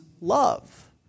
love